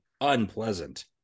unpleasant